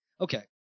Okay